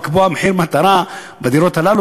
לקבוע מחיר מטרה בדירות הללו,